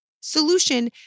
solution